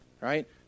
right